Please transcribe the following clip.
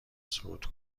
صعود